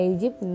Egypt